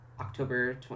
October